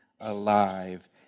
alive